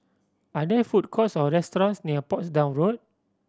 are there food courts or restaurants near Portsdown Road